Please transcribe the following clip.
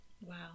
Wow